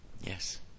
yes